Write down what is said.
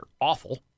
awful